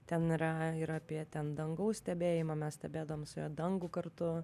ten yra ir apie ten dangaus stebėjimo mes stebėdavom su ja dangų kartu